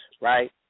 right